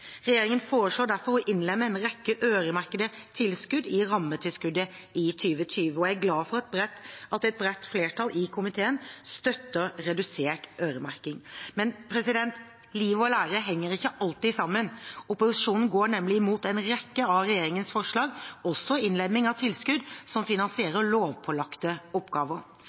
Regjeringen foreslår derfor å innlemme en rekke øremerkede tilskudd i rammetilskuddet i 2020, og jeg er glad for at et bredt flertall i komiteen støtter redusert øremerking. Men liv og lære henger ikke alltid sammen. Opposisjonen går nemlig imot en rekke av regjeringens forslag, også innlemming av tilskudd som finansierer lovpålagte oppgaver.